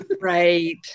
right